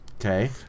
Okay